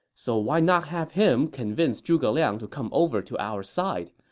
so why not have him convince zhuge liang to come over to our side?